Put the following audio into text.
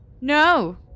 no